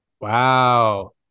Wow